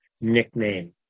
nickname